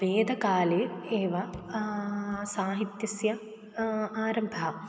वेदकाले एव साहित्यस्य आरम्भः